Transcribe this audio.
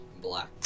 black